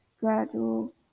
gradual